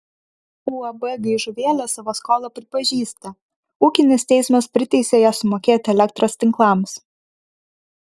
uab gaižuvėlė savo skolą pripažįsta ūkinis teismas priteisė ją sumokėti elektros tinklams